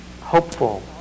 hopeful